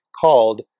called